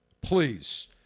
Please